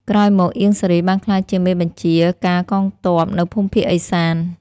ក្រោយមក អៀង សារី បានក្លាយជាមេបញ្ជា ការកងទ័ពនៅភូមិភាគឦសាន។